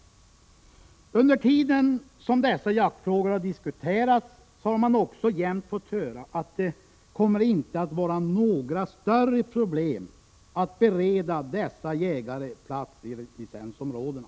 Under tiden som dessa jaktfrågor har diskuterats har man jämt fått höra att det inte kommer att vara några större problem att bereda dessa jägare plats i licensområdena.